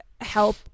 help